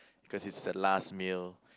cause it's the last meal